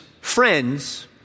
friends